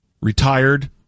retired